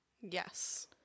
Yes